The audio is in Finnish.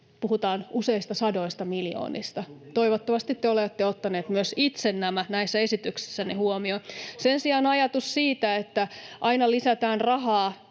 puhutaan useista sadoista miljoonista. Toivottavasti te olette ottaneet nämä myös itse näissä esityksissänne huomioon. Sen sijaan ajatusta siitä, että aina lisätään rahaa